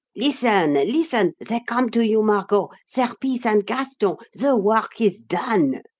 listen! listen! they come to you, margot serpice and gaston. the work is done.